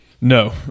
No